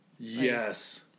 yes